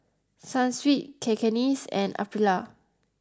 Sunsweet Cakenis and Aprilia